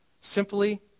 Simply